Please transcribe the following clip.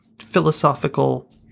philosophical